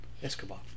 Escobar